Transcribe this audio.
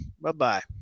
bye-bye